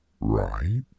right